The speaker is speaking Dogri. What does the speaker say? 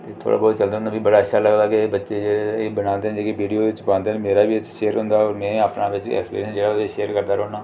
थोह्ड़ा बोह्त चलदा रौंह्दा मिगी बड़ा अच्छा लगदा कि बच्चे जेह्ड़े बनांदे न जेह्डी विडियो च पांदे न मेरा बी एहदे च शेयर होंदा में अपना बिच्च गै ऐक्स्पेरिन्स ओह्दे च शेयर करदा रौह्नां